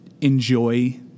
enjoy